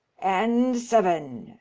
and seven.